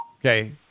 Okay